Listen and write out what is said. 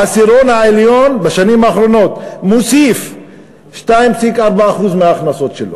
העשירון העליון בשנים האחרונות מוסיף 2.4% מההכנסות שלו,